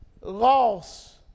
loss